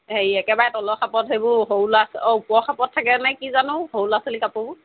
হেৰি একেবাৰে তলৰ খাপত সেইবোৰ সৰু ল'ৰা অঁ ওপৰ খাপত থাকেনে কি জানো সৰু ল'ৰা ছোৱালী কাপোৰবোৰ